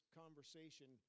conversation